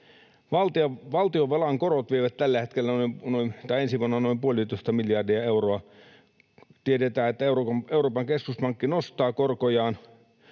Valtionvelan korot vievät ensi vuonna noin puolitoista miljardia euroa. Tiedetään, että Euroopan keskuspankki nostaa korkojaan,